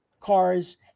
cars